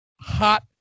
Hot